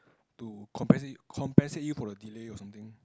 to compensate compensate you for the delay or something